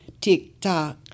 TikTok